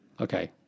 Okay